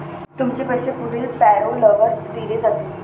तुमचे पैसे पुढील पॅरोलवर दिले जातील